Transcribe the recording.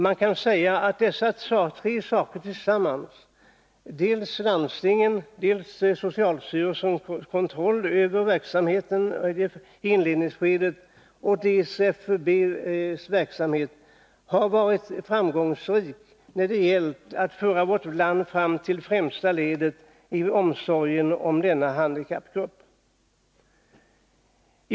Man kan säga att dessa tre saker tillsammans — dels landstingen, dels socialstyrelsens kontroll över verksamheten i inledningsskedet och dels FUB:s verksamhet — har varit framgångsrika när det gällt att föra vårt land fram till främsta ledet när det gäller omsorgen om denna handikappgrupp.